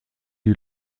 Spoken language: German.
die